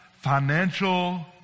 financial